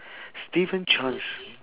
steven chan